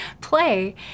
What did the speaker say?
play